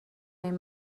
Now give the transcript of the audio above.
این